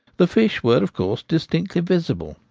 the fish were of course distinctly visible,